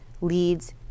leads